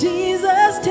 Jesus